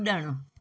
कुड॒णु